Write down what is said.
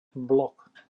blok